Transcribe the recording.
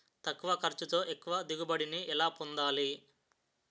తక్కువ ఖర్చుతో ఎక్కువ దిగుబడి ని ఎలా పొందాలీ?